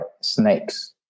snakes